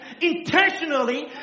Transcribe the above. intentionally